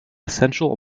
essential